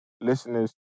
listeners